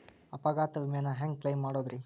ಅಪಘಾತ ವಿಮೆನ ಹ್ಯಾಂಗ್ ಕ್ಲೈಂ ಮಾಡೋದ್ರಿ?